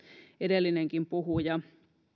edellinenkin puhuja